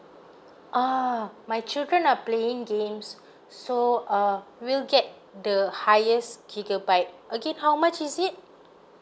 uh my children are playing games so uh we'll get the highest gigabytes again how much is it